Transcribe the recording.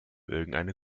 irgendeine